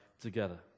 together